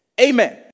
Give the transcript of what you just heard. amen